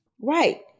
Right